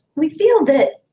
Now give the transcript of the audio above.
we feel that,